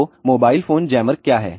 तो mobile phone jammer क्या है